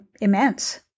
immense